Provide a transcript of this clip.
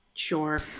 sure